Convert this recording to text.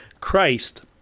Christ